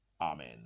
Amen